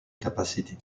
capacity